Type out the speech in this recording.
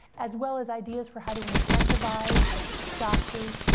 as well as ideas for how to incentivize doctors,